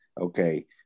okay